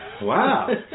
Wow